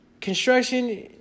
construction